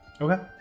okay